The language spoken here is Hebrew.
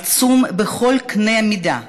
עצום בכל קנה מידה.